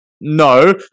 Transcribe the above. no